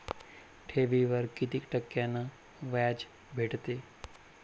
ठेवीवर कितीक टक्क्यान व्याज भेटते?